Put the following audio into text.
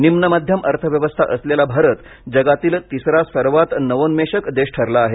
निम्न मध्यम अर्थव्यवस्था असलेला भारत जगातील तिसरा सर्वात नवोन्मेषक देश ठरला आहे